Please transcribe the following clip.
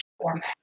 Format